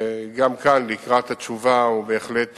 גם כאן, לקראת התשובה, הוא בהחלט